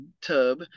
Tub